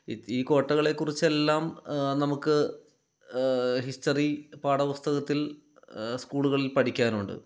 ഈ കോട്ടകളെ കുറിച്ച് എല്ലാം നമുക്ക് ഹിസ്റ്ററി പാഠപുസ്തകത്തിൽ സ്കൂളുകളിൽ പഠിക്കാനുണ്ട്